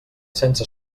sense